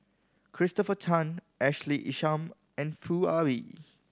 Christopher Tan Ashley Isham and Foo Ah Bee